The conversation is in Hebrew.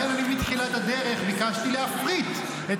ולכן אני מתחילת הדרך ביקשתי להפריט את